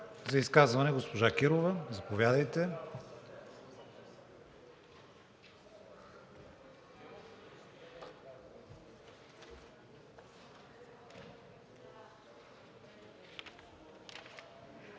За изказване – госпожа Кирова. Заповядайте,